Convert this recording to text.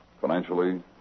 Financially